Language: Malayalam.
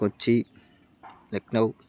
കൊച്ചി ലക്നൗ